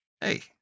Hey